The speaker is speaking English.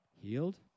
healed